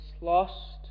Lost